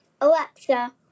Alexa